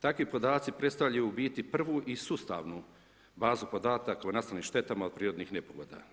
Takvi podaci predstavljaju u biti prvu i sustavnu bazu podataka u nastalim štetama od prirodnih nepogoda.